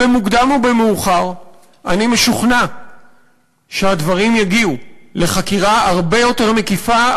אני משוכנע שבמוקדם או במאוחר הדברים יגיעו לחקירה הרבה יותר מקיפה,